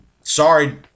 Sorry